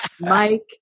mike